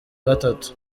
gatatu